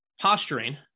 posturing